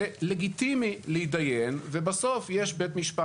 זה לגיטימי להתדיין ובסוף יש בית משפט